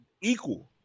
equal